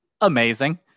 amazing